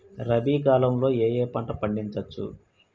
రబీ కాలంలో ఏ ఏ పంట పండించచ్చు?